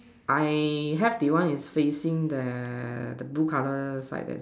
I have the one is facing the the blue color side there